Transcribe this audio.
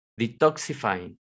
detoxifying